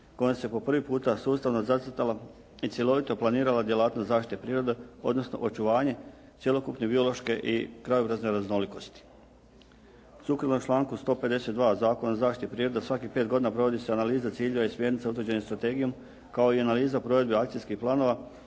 kojom se po prvi puta sustavno zacrtala i cjelovito planirala djelatnost zaštite prirode, odnosno očuvanje cjelokupne biološke i krajobrazne raznolikosti. Sukladno članku 152. Zakona o zaštiti prirode svakih 5 godina provodi se analiza ciljeva i smjernica utvrđenih strategijom kao i analiza provedbe akcijskih planova,